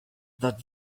that